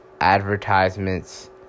advertisements